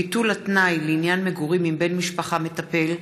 ביטול התנאי לעניין מגורים עם בן משפחה מטפל),